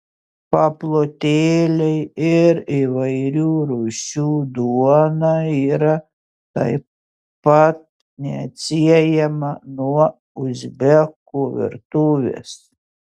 paplotėliai ir įvairių rūšių duona yra taip pat neatsiejama nuo uzbekų virtuvės